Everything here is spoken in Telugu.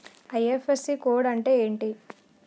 ఐ.ఫ్.ఎస్.సి కోడ్ అంటే ఏంటి?